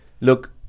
Look